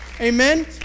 Amen